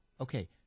okay